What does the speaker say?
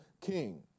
king